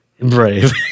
Brave